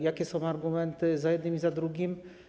Jakie są argumenty za jednym i za drugim?